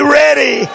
ready